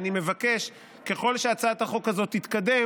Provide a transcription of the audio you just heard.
אני מבקש, ככל שהצעת החוק הזאת תתקדם,